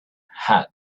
had